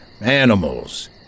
Animals